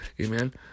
amen